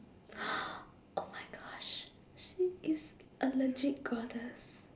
oh my gosh she is a legit goddess